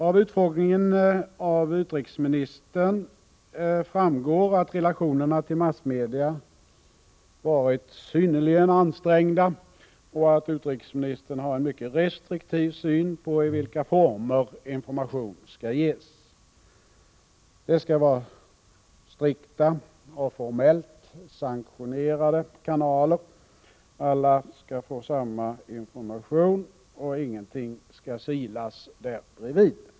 Av utfrågningen av utrikesministern framgår att relationerna till massmedia varit synnerligen ansträngda och att utrikesministern har en mycket restriktiv syn på i vilka former information skall ges. Det skall vara strikta och formellt sanktionerade kanaler. Alla skall få samma information, och ingenting skall silas där bredvid.